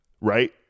Right